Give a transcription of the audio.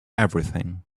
everything